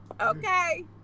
Okay